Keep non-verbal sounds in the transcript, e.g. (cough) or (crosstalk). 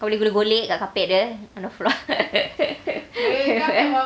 kau boleh golek-golek kat carpet dia on the floor (laughs)